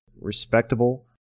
respectable